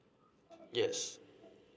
yes